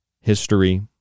History